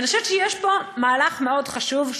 אני חושבת שיש פה מהלך חשוב מאוד,